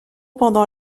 pendant